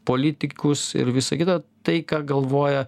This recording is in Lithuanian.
politikus ir visa kita tai ką galvoja